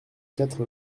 quatre